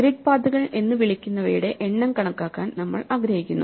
grid പാത്തുകൾ എന്ന് വിളിക്കുന്നവയുടെ എണ്ണം കണക്കാക്കാൻ നമ്മൾ ആഗ്രഹിക്കുന്നു